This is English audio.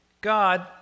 God